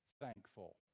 thankful